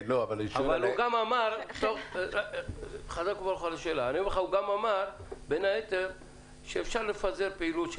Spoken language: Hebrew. הוא גם אמר, בין היתר, שאפשר לפזר פעילות.